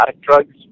drugs